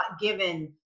given